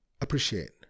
appreciate